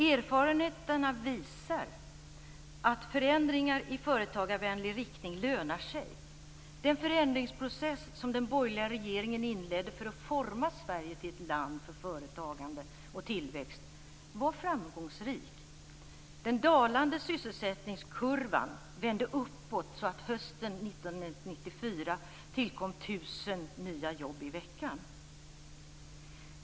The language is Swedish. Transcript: Erfarenheterna visar att förändringar i företagarvänlig riktning lönar sig. Den förändringsprocess som den borgerliga regeringen inledde för att forma Sverige till ett land för företagande och tillväxt blev framgångsrik. Den dalande sysselsättningskurvan vände uppåt så att det hösten 1994 tillkom 1 000 nya jobb i veckan.